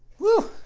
wooh!